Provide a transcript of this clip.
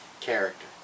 character